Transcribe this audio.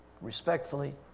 respectfully